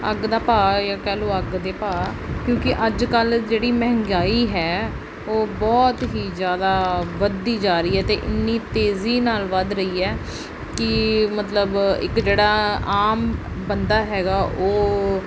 ਅੱਗ ਦਾ ਭਾਅ ਜਾਂ ਕਹਿ ਲਓ ਅੱਗ ਦੇ ਭਾਅ ਕਿਉਂਕਿ ਅੱਜ ਕੱਲ੍ਹ ਜਿਹੜੀ ਮਹਿੰਗਾਈ ਹੈ ਉਹ ਬਹੁਤ ਹੀ ਜ਼ਿਆਦਾ ਵੱਧਦੀ ਜਾ ਰਹੀ ਹੈ ਅਤੇ ਇੰਨੀ ਤੇਜ਼ੀ ਨਾਲ ਵੱਧ ਰਹੀ ਹੈ ਕਿ ਮਤਲਬ ਇੱਕ ਜਿਹੜਾ ਆਮ ਬੰਦਾ ਹੈਗਾ ਉਹ